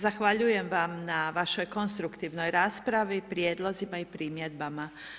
Zahvaljujem vam na vašoj konstruktivnoj raspravi, prijedlozima i primjedbama.